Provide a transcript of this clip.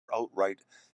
outright